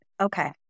okay